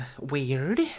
weird